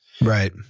Right